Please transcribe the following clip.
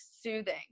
soothing